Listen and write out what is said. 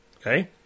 Okay